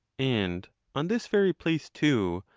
and on this very place, too,